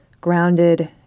grounded